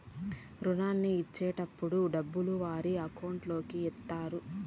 రుణాన్ని ఇచ్చేటటప్పుడు డబ్బులు వారి అకౌంట్ లోకి ఎత్తారు